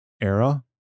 era